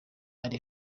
uri